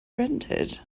rented